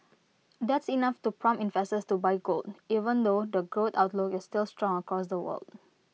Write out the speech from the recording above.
that's enough to prompt investors to buy gold even though the growth outlook is still strong across the world